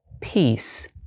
peace